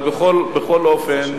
אבל בכל אופן,